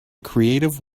creative